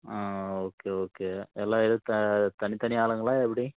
ஆ okay okay எல்லாம் இத தனித்தனி ஆளுங்களா எப்படி